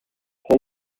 whole